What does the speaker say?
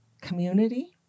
community